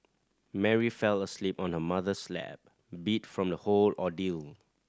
Mary fell asleep on her mother's lap beat from the whole ordeal